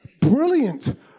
Brilliant